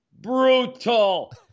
Brutal